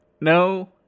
No